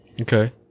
okay